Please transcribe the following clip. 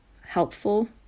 helpful